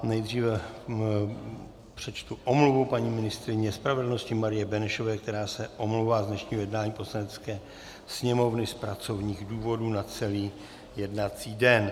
Nejdříve přečtu omluvu paní ministryně spravedlnosti Marie Benešové, která se omlouvá z dnešního jednání Poslanecké sněmovny z pracovních důvodů na celý jednací den.